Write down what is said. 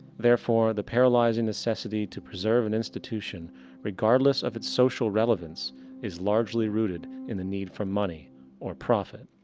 therefore, the paralyzing necessity to preserve an institution regardless of it's social relevance is largely rooted in the need for money or profit.